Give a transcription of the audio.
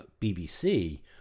BBC